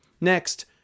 Next